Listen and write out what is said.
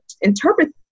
interpret